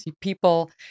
people